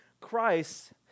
Christ